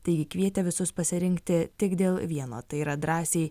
taigi kvietė visus pasirinkti tik dėl vieno tai yra drąsiai